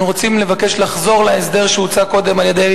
אנחנו רוצים לבקש לחזור להסדר שהוצע קודם על-ידי